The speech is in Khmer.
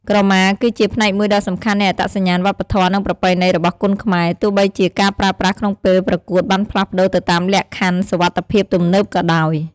ក្រមាគឺជា ផ្នែកមួយដ៏សំខាន់នៃអត្តសញ្ញាណវប្បធម៌ និងប្រពៃណី របស់គុនខ្មែរ ទោះបីជាការប្រើប្រាស់ក្នុងពេលប្រកួតបានផ្លាស់ប្ដូរទៅតាមលក្ខខណ្ឌសុវត្ថិភាពទំនើបក៏ដោយ។